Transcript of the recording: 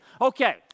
Okay